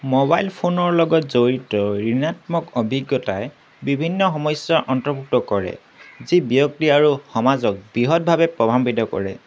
mobile ফোনৰ লগত জড়িত ঋণাত্মক অভিজ্ঞতাই বিভিন্ন সমস্যাৰ অন্তৰ্ভুক্ত কৰে যি ব্যক্তি আৰু সমাজক বৃহৎভাৱে প্ৰভান্বিত কৰে